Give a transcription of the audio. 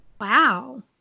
Wow